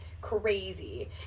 crazy